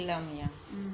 mm